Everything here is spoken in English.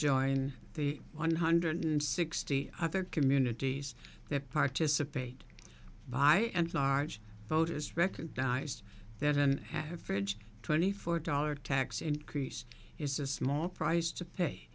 join the one hundred and sixty other communities that participate by and large voters recognized that and have fridge twenty four dollars tax increase is a small price to pay